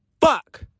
fuck